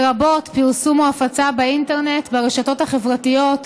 לרבות פרסום או הפצה באינטרנט, ברשתות החברתיות,